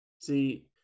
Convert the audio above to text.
See